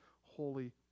holy